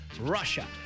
Russia